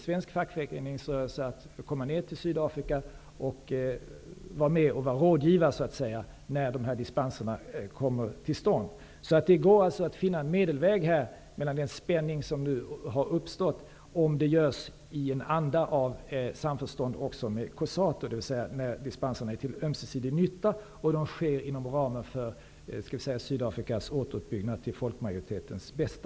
Svensk fackföreningsrörelse är inbjuden att komma ned till Sydafrika för att vara med som rådgivare när dispenserna kommer till stånd. Det går alltså att finna en medelväg mellan den spänning som har uppstått, om arbetet görs i samförstånd med också Cosatu, dvs. när dispenserna är till ömsesidig nytta och sker inom ramen för Sydafrikas återuppbyggnad, till folkmajoritetens bästa.